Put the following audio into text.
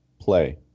play